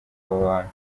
abantu